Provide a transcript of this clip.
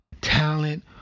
Talent